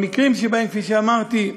במקרים שבהם, כפי שאמרתי,